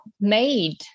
made